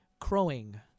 crowing